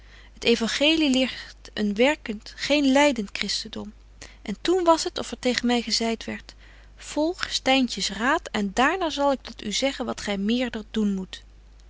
het euangelie leert een werkent geen lydent christendom en toen was t of er tegen my gezeit werdt volg styntjes raad en daarna zal ik tot u zeggen wat gy meerder doen moet